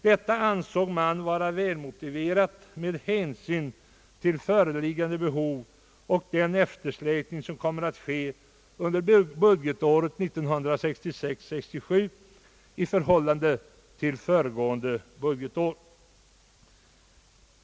Detta ansåg man vara välmotiverat med hänsyn till föreliggande behov och till den eftersläpning som väntas under budgetåret 1966/67 i förhållande till föregående budgetår.